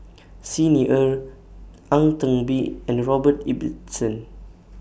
Xi Ni Er Ang Teck Bee and Robert Ibbetson